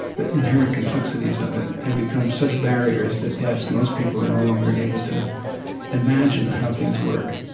the inherent complexities of it, have become such barriers that, yes, most people are no longer able to imagine how things work